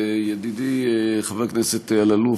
ידידי חבר הכנסת אלאלוף,